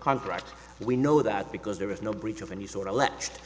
contract we know that because there is no breach of any sort let